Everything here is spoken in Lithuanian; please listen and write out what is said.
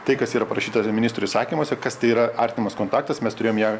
tai kas yra parašyta ir ministro įsakymuose kas tai yra artimas kontaktas mes turėjom ją